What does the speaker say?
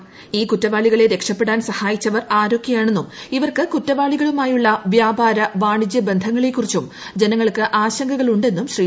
രക്ഷപ്പെടാൻ ഈ കുറ്റവാളികളെ സഹായിച്ചവർആരൊക്കെയാണെന്നുംഇവർക്ക്കുറ്റവാളികളുമായുള്ള വ്യാപാരവാണിജ്യ ബന്ധങ്ങളെക്കുറിച്ചും ജനങ്ങൾക്ക് ആശങ്കകളുണ്ടെന്നും ശ്രീ